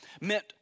meant